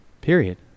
Period